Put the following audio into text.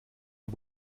ihr